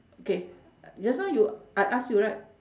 okay uh just now you I ask you right